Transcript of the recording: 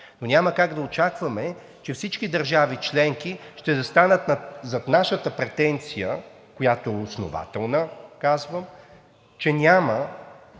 Но няма как да очакваме, че всички държави членки ще застанат зад нашата претенция, която е основателна – казвам, че няма